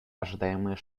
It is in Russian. ожидаемые